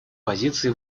позиции